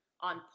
on